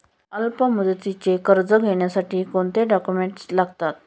अल्पमुदतीचे कर्ज घेण्यासाठी कोणते डॉक्युमेंट्स लागतात?